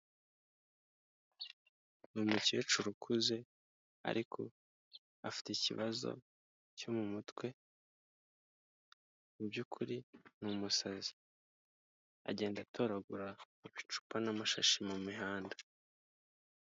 Ni umukecuru ukuze ariko afite ikibazo cyo mu mutwe, mu byukuri ni umusazi agenda atoragura ibicupa n'amashashi mu muhanda.